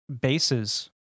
bases